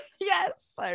Yes